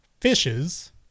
Fishes